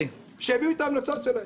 שיביאו את ההמלצות שלהם,